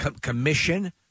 commission